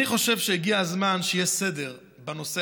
אני חושב שהגיע הזמן שיהיה סדר בנושא